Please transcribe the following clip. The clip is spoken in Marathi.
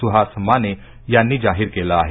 सुहास माने यांनी जाहीर केल आहे